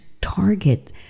target